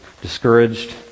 discouraged